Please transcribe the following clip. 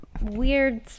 weird